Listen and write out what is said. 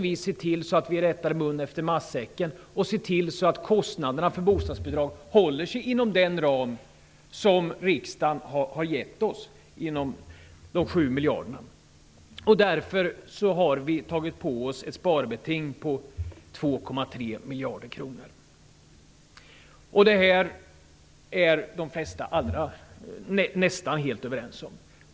Vi måste se till att kostnaderna för bostadsbidrag håller sig inom den ram som riksdagen har gett oss, inom de 7 miljarderna. Vi har därför tagit på oss ett sparbeting om 2,3 miljarder kronor. Om detta är de flesta nästan helt överens.